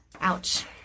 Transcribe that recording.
Ouch